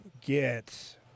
get